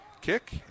kick